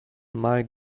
might